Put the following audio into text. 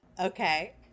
Okay